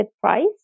price